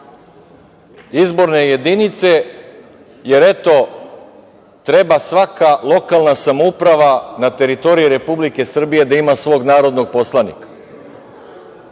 izborne jedinice, jer, eto, treba svaka lokalna samouprava na teritoriji Republike Srbije da ima svog narodnog poslanika.